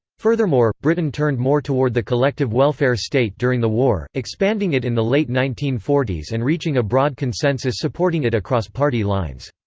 furthermore, britain turned more toward the collective welfare state during the war, expanding it in the late nineteen forty s and reaching a broad consensus supporting it across party lines.